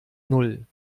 null